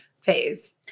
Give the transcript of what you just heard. phase